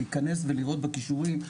להיכנס ולראות בקישורים.